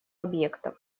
объектов